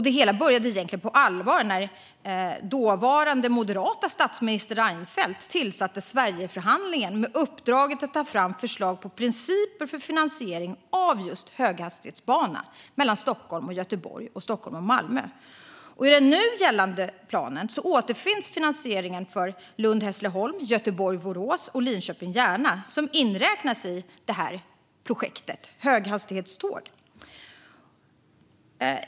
Det hela började på allvar när den dåvarande moderata statsministern Reinfeldt tillsatte Sverigeförhandlingen med uppdraget att ta fram förslag till principer för finansiering av just höghastighetsbanor mellan Stockholm och Göteborg och Stockholm och Malmö. I den nu gällande planen återfinns finansiering för Lund-Hässleholm, Göteborg-Borås och Linköping-Järna som inräknas i projektet med höghastighetståg.